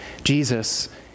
Jesus